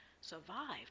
survived